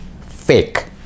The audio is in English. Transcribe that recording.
fake